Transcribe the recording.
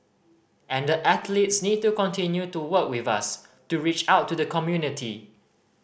and the athletes need to continue to work with us to reach out to the community